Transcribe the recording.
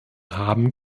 haben